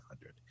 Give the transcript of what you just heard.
hundred